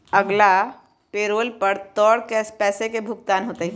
अगला पैरोल पर तोर पैसे के भुगतान होतय